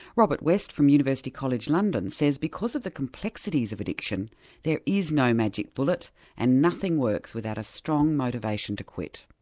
robert west from university college like and and says because of the complexities of addiction there is no magic bullet and nothing works without a strong motivation to quit.